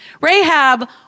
Rahab